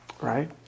right